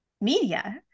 media